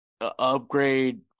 upgrade